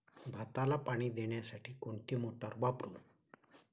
भाताला पाणी देण्यासाठी कोणती मोटार वापरू?